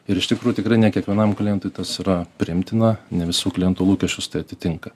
ir iš tikrų tikrai ne kiekvienam klientui tas yra priimtina ne visų klientų lūkesčius tai atitinka